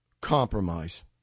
compromise